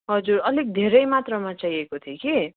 हजुर अलिक धेरै मात्रामा चाहिएको थियो कि